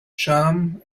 charm